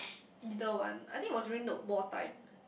either one I think it was during the wartime